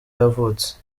yavutse